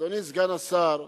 אדוני סגן השר,